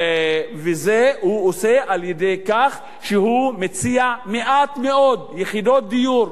ואת זה הוא עושה על-ידי כך שהוא מציע מעט מאוד יחידות דיור,